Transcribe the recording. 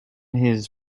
his